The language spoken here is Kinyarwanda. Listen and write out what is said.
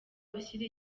ushyira